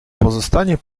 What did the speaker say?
pozostanie